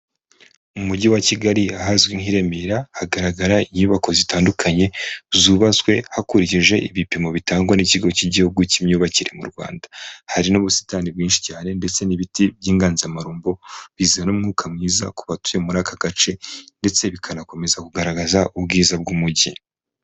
Mu mujyi wa Kigali ahazwi nk'i Remera hagaragara inyubako zitandukanye zubatswe hakurikijwe ibipimo bitangwa n'ikigo cy'igihugu cy'imyubakire mu Rwanda, hari n'ubusitani bwinshi cyane ndetse n'ibiti by'inganzamarumbo bizana umwuka mwiza ku batuye muri aka gace ndetse bikanakomeza kugaragaza ubwiza bw'umujyi.